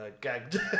gagged